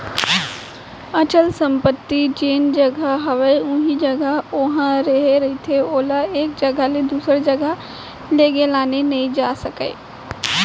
अचल संपत्ति जेन जघा हवय उही जघा ओहा रेहे रहिथे ओला एक जघा ले दूसर जघा लेगे लाने नइ जा सकय